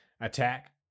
attack